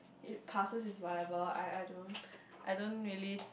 it passes is whatever I I don't I don't really